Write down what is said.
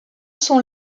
sont